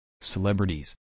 Celebrities